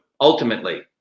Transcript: ultimately